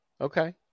okay